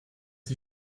die